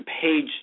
page